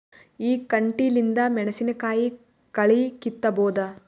ಈ ಕಂಟಿಲಿಂದ ಮೆಣಸಿನಕಾಯಿ ಕಳಿ ಕಿತ್ತಬೋದ?